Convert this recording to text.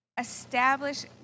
Establish